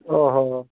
ଓଃ